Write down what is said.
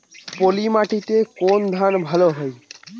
পলিমাটিতে কোন ধান ভালো হয়?